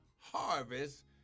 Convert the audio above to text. harvest